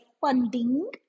funding